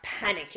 panicking